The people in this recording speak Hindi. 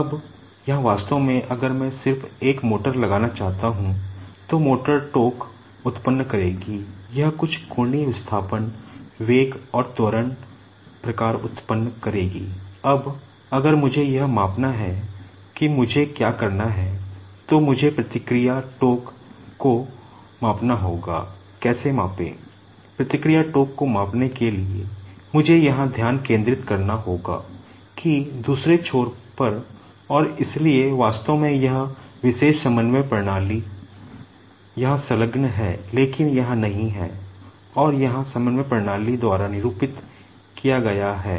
अब यहाँ वास्तव में अगर मैं सिर्फ एक मोटर लगाना चाहता हूँ तो मोटर टोक़ द्वारा निरूपित किया गया हैं